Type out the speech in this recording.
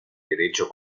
derecho